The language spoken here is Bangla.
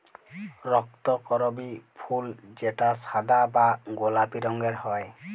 রক্তকরবী ফুল যেটা সাদা বা গোলাপি রঙের হ্যয়